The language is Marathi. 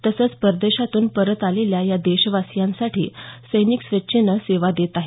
तसंच परदेशातून परत आलेल्या या देशवासीयांसाठी सैनिक स्वेच्छेनं सेवा देत आहेत